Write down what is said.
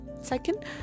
Second